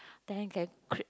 then can cre~